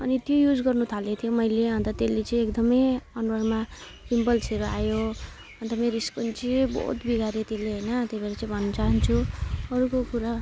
अनि त्यो युज गर्न थालेको थिएँ मैले अनि त त्यसले चाहिँ एकदमै अनुहारमा पिम्पल्सहरू आयो अनि त मेरो स्किन चाहिँ बहुत बिगाऱ्यो त्यसले हैन त्यही भएर चाहिँ भन्न चाहन्छु अर्को कुरा